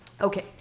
Okay